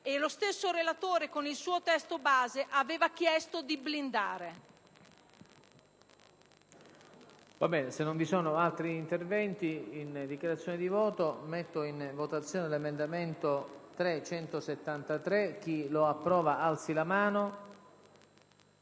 e lo stesso relatore con il suo testo base, aveva chiesto di blindare.